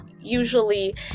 Usually